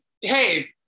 hey